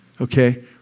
okay